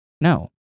No